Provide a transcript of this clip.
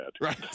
Right